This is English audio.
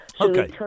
Okay